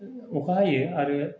अखा हायो आरो